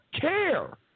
care